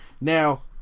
Now